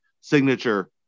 signature